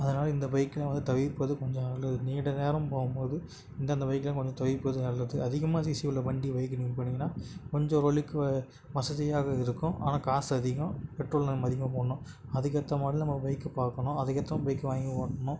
அதனால் இந்த பைக்கெலாம் வந்து தவிர்ப்பது கொஞ்சம் நல்லது நீண்ட நேரம் போகு ம் போது இந்தந்த பைக்கெலாம் கொஞ்சம் தவிர்ப்பது நல்லது அதிகமாக சிசி உள்ளே வண்டி வெஹிக்கள் யூஸ் பண்ணீங்கன்னால் கொஞ்சம் ஓரளவுக்கு வசதியாக இருக்கும் ஆனால் காசு அதிகம் பெட்ரோல் நம்ம அதிகமாக போடணும் அதுக்கேற்ற மாதிரி நம்ம பைக்கை பார்க்கணும் அதுக்கேற்ற மாதிரி பைக் வாங்கி ஓட்டணும்